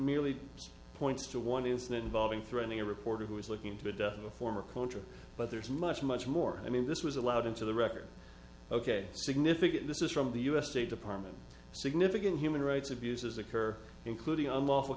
merely points to one incident involving threatening a reporter who is looking into the death of a former contra but there's much much more i mean this was allowed into the record ok significant this is from the u s state department significant human rights abuses occur including unlawful